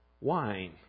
Wine